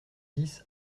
dix